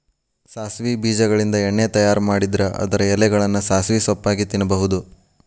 ಸಾಸವಿ ಬೇಜಗಳಿಂದ ಎಣ್ಣೆ ತಯಾರ್ ಮಾಡಿದ್ರ ಅದರ ಎಲೆಗಳನ್ನ ಸಾಸಿವೆ ಸೊಪ್ಪಾಗಿ ತಿನ್ನಬಹುದು